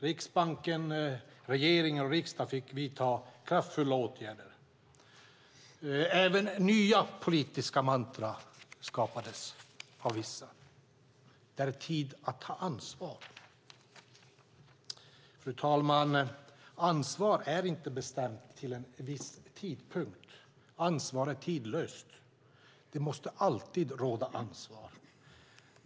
Riksbanken, regeringen och riksdagen fick vidta kraftfulla åtgärder. Nya politiska mantran skapades. Nu lät det: Det är tid att ta ansvar. Fru talman! Ansvar är inte bestämt till en viss tidpunkt. Ansvar är tidlöst. Det måste alltid finnas ett ansvar.